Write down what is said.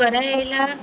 કરાયેલા